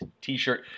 t-shirt